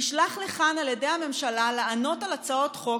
נשלח לכאן על ידי הממשלה לענות על הצעות חוק